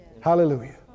Hallelujah